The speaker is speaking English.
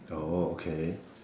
okay